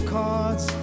cards